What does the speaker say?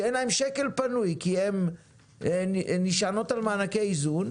שאין להם שקל פנוי, כי הן נשענות על מענקי איזון,